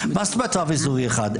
מה זאת אומרת רב אזורי אחד?